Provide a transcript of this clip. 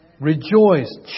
Rejoice